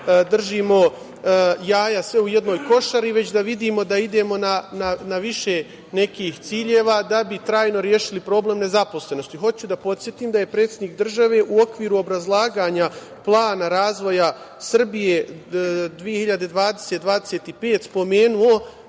držimo jaja sve u jednoj košari, već da vidimo da idemo na više nekih ciljeva da bi trajno rešili problem nezaposlenosti. Hoću da podsetim da je predsednik države u okviru obrazlaganja plana razvoja Srbije 2020-25 spomenuo